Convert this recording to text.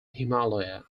himalaya